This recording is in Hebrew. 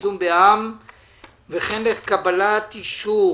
הפרטת מקורות פיתוח וייזום בע"מ וכן לקבלת אישור